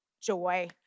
joy